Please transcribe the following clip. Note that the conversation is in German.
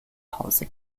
hause